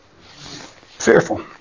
Fearful